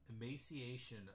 emaciation